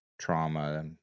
trauma